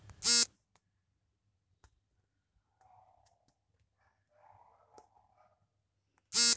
ಒಂದು ಕಂಪನಿಗೆ ಹಣಕಾಸಿನ ಅವಶ್ಯಕತೆ ಇದ್ದಾಗ ಬಾಂಡ್ ಗಳನ್ನು ಕೊಂಡುಕೊಳ್ಳುವುದು ಮತ್ತು ಮಾರುವುದು ಮಾಡುತ್ತಾರೆ